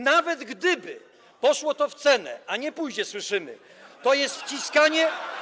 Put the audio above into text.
Nawet gdyby poszło to w cenę, a nie pójdzie, jak słyszymy, to jest wciskanie.